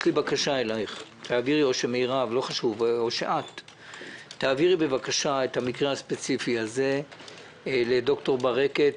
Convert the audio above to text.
יש לי בקשה אליך: אני מבקש שתעבירי את המקרה הספציפי הזה לד"ר ברקת.